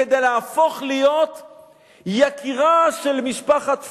כדי להפוך להיות יקירה של משפחת פלביוס.